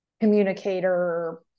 communicator